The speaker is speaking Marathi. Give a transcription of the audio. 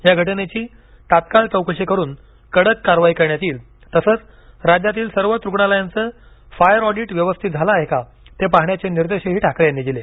या घटनेची तात्काळ चौकशी करून कडक कारवाई करण्यात येईल तसंच राज्यातील सर्वच रुग्णालयांचे फायर ऑडिट व्यवस्थित झाले का ते पाहण्याचे निर्देशही ठाकरे यांनी दिले